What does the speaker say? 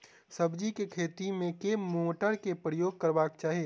सब्जी केँ खेती मे केँ मोटर केँ प्रयोग करबाक चाहि?